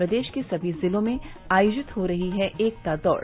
प्रदेश के सभी जिलों में आयोजित हो रही है एकता दौड़